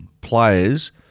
players